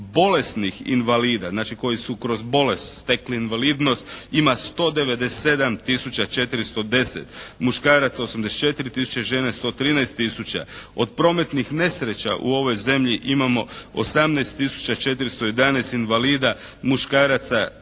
Bolesnih invalida, znači koji su kroz bolest stekli invalidnost ima 197 tisuća 410. Muškaraca 84 tisuće, žena 113 tisuća. Od prometnih nesreća u ovoj zemlji imamo 18 tisuća 411 invalida. Muškaraca 12